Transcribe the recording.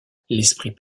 l’esprit